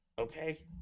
okay